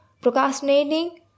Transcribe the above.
procrastinating